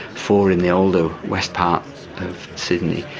four in the older west part of sydney,